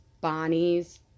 bonnie's